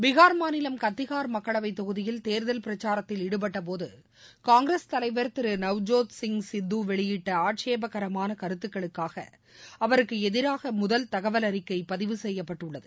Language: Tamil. பீகா் மாநிலம் கத்திகா் மக்களவைத் தொகுதியில் தேர்தல் பிரச்சாரத்தில் ஈடுபட்டபோதுகாங்கிரஸ் தலைவர் திருநவ்ஜோத்சிங் சித்துவெளியிட்டஆட்சேபகரமாககருத்துக்களுக்காகஅவருக்குஎதிராகமுதல் தகவல் அறிக்கைபதிவு செய்யப்பட்டுள்ளது